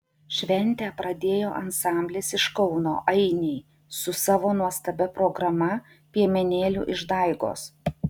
šventę pradėjo ansamblis iš kauno ainiai su savo nuostabia programa piemenėlių išdaigos